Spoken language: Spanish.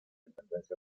tendencia